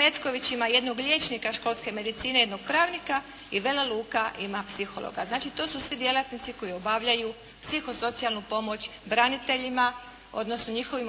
Metković ima jednog liječnika školske medicine, jednog pravnika i Vela Luka ima psihologa. Znači to su svi djelatnici koji obavljaju psihosocijalnu pomoć braniteljima, odnosno njihovim